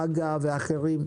הג"א ואחרים,